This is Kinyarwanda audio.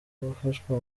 gufashwa